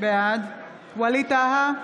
בעד ווליד טאהא,